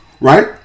right